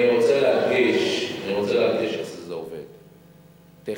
אני רוצה להדגיש איך זה עובד טכנית.